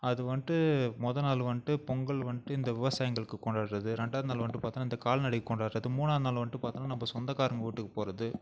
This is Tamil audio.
அது வந்துட்டு மொதல் நாள் வந்துட்டு பொங்கல் வந்துட்டு இந்த விவசாயிங்களுக்கு கொண்டாடுறது ரெண்டாவது நாள் வந்துட்டு பார்த்தோன்னா இந்த கால்நடைக்கு கொண்டாடுறது மூணாவது நாள் வந்துட்டு பார்த்தோன்னா நம்ம சொந்தக்காரங்கள் வீட்டுக்கு போகிறது